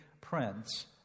Prince